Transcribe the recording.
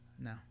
No